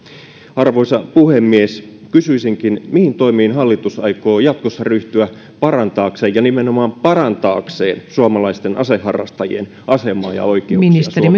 arvoisa puhemies kysyisinkin mihin toimiin hallitus aikoo jatkossa ryhtyä parantaakseen ja nimenomaan parantaakseen suomalaisten aseharrastajien asemaa ja